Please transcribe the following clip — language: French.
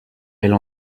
elle